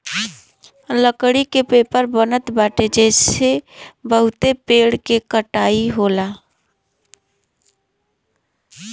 लकड़ी के पेपर बनत बाटे जेसे बहुते पेड़ के कटाई होला